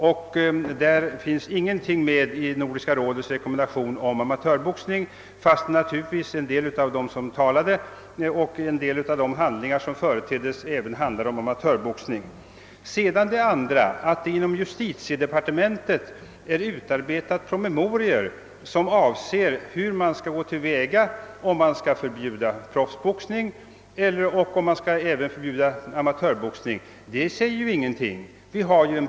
I denna rekommendation finns ingenting sagt om amatörboxningen, fastän den naturligtvis berördes både av en del talare och i handlingar som företeddes. Inom justitiedepartementet har ju utarbetats promemorior om hur man skall gå till väga vid ett boxningsförbud och om man skall förbjuda endast proffsboxningen eller även amatörboxningen.